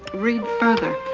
read further,